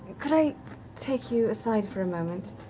could i take you aside for a moment?